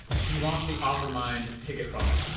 to launch the offermind ticket funnel.